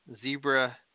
zebra